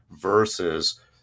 versus